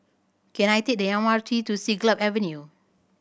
can I take the M R T to Siglap Avenue